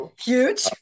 huge